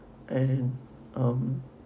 and um